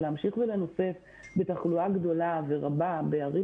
ולהמשיך ולנופף בתחלואה גדולה ורבה בערים